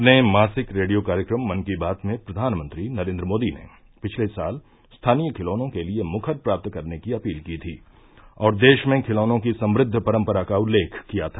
अपने मासिक रेडियो कार्यक्रम मन की बात में प्रधानमंत्री नरेन्द्र मोदी ने पिछले साल स्थानीय खिलौनों के लिए मुखर प्राप्त करने की अपील की थी और देश में खिलौनों की समृद्व परंपरा का उल्लेख किया था